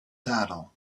saddle